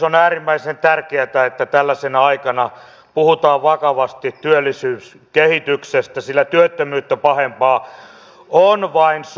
on äärimmäisen tärkeätä että tällaisena aikana puhutaan vakavasti työllisyyskehityksestä sillä työttömyyttä pahempaa on vain sota